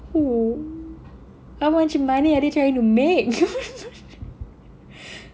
!woo! how much money are they trying to make